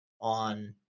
on